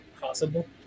possible